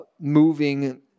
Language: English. moving